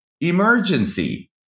emergency